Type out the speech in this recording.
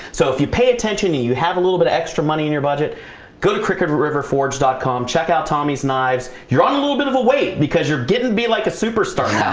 so if you pay attention you you have a little bit extra money in your budget go to crickett river forbes com. check out tommy's knives. you're on a little bit of a weight because you're getting to be like a superstar.